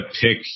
pick